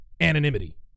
anonymity